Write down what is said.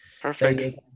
Perfect